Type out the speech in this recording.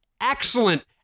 excellent